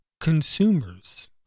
consumers